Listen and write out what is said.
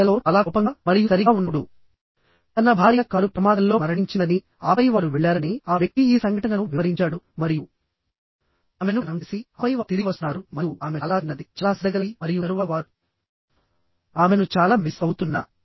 పిల్లలతో చాలా కోపంగా మరియు సరిగ్గా ఉన్నప్పుడు తన భార్య కారు ప్రమాదంలో మరణించిందని ఆపై వారు వెళ్లారని ఆ వ్యక్తి ఈ సంఘటనను వివరించాడు మరియు ఆమెను ఖననం చేసి ఆపై వారు తిరిగి వస్తున్నారు మరియు ఆమె చాలా చిన్నది చాలా శ్రద్ధగలది మరియు తరువాత వారు ఆమెను చాలా మిస్ అవుతున్నా